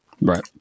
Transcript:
Right